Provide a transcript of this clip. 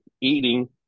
eating